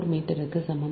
4 மீட்டருக்கு சமம்